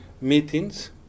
meetings